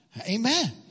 Amen